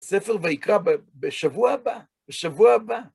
ספר ויקרא בשבוע הבא, בשבוע הבא.